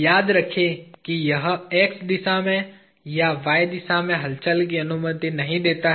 याद रखें कि यह x दिशा में या y दिशा में हलचल की अनुमति नहीं देता है